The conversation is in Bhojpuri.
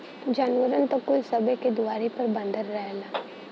जानवरन त कुल सबे के दुआरी पर बँधल रहेला